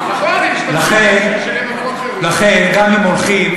לכן, גם אם הולכים